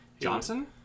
Johnson